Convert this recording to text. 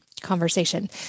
conversation